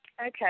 Okay